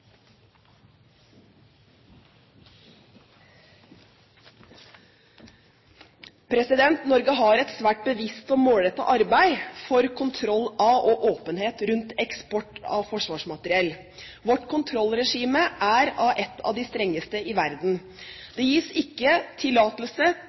Norge har et svært bevisst og målrettet arbeid for kontroll av og åpenhet rundt eksporten av forsvarsmateriell. Vårt kontrollregime er et av de strengeste i verden.